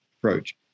approach